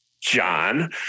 John